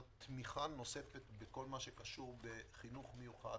תמיכה נוספת בכל מה שקשור בחינוך מיוחד,